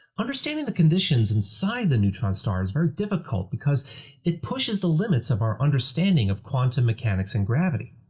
understanding the conditions inside the neutron stars are difficult because it pushes the limits of our understanding of quantum mechanics and gravity.